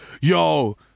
yo